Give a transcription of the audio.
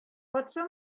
патша